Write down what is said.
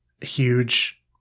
huge